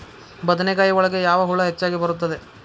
ಬದನೆಕಾಯಿ ಒಳಗೆ ಯಾವ ಹುಳ ಹೆಚ್ಚಾಗಿ ಬರುತ್ತದೆ?